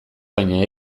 baina